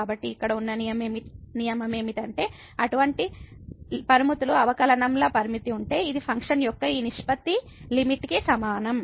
కాబట్టి ఇక్కడ ఉన్న నియమం ఏమిటంటే అటువంటి లిమిట్ లు అవకలనం ల లిమిట్ ఉంటే ఇది ఫంక్షన్ల యొక్క ఈ నిష్పత్తి లిమిట్ కి సమానం